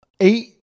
Eight